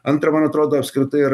antra man atrodo apskritai yra